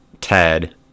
ted